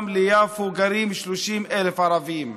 רמלה ויפו גרים 30,000 ערבים,